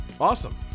Awesome